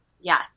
Yes